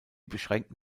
beschränkten